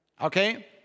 okay